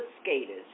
skaters